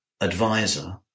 advisor